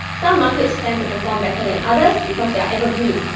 some markets tend to perform better than others because they are evergreen,